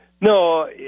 No